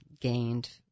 gained